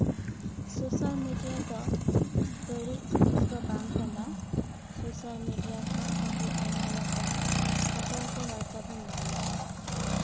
social media ᱫᱚ ᱵᱟᱹᱲᱤᱡ ᱡᱤᱱᱤᱥ ᱫᱚ ᱵᱟᱝ ᱠᱟᱱᱟ ᱥᱳᱥᱟᱞ ᱢᱤᱰᱤᱭᱟ ᱠᱷᱚᱡ ᱟᱵᱚ ᱟᱭᱢᱟ ᱨᱚᱠᱚᱢ ᱥᱚᱛᱚᱨᱠᱚ ᱵᱟᱨᱛᱟ ᱵᱚᱱ ᱧᱟᱢᱮᱫᱟ